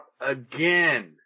again